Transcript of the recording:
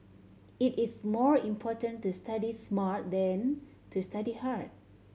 it is more important to study smart than to study hard